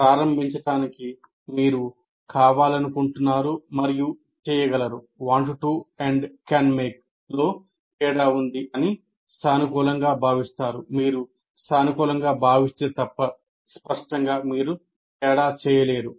ప్రారంభించడానికి మీరు 'కావాలనుకుంటున్నారు' మరియు 'చెయ్యగలరు' లో తేడా ఉందిఅని సానుకూలంగా భావిస్తారు మీరు సానుకూలంగా భావిస్తే తప్ప స్పష్టంగా మీరు తేడా చేయలేరు